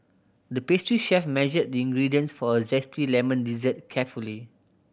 the pastry chef measured the ingredients for a zesty lemon dessert carefully